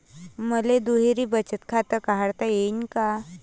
मले दुहेरी बचत खातं काढता येईन का?